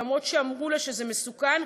ואפילו שאמרו לה שזה מסוכן,